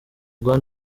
rwa